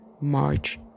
March